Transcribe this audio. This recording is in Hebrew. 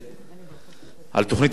על תוכנית המיתאר בעוספיא,